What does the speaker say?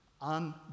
on